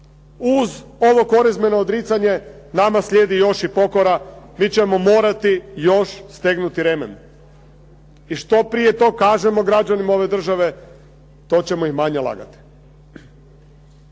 uz ovo korizmeno odricanje nama slijedi još i pokora. Mi ćemo morati još stegnuti remen. I što prije kažemo građanima ove države, to ćemo im manje lagati.